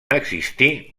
existir